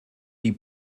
die